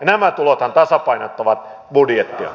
nämä tulothan tasapainottavat budjettia